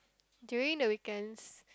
during the weekends